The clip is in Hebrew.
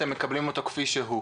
אתם מקבלים אותו כפי שהוא?